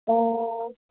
ꯑꯣ